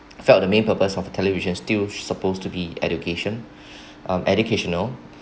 felt the main purpose of television still supposed to be education um educational